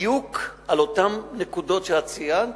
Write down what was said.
בדיוק באותן נקודות שאת ציינת,